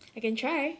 I can try